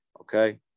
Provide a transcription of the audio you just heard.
okay